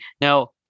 Now